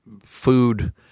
food